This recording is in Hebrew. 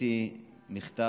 הבאתי מכתב,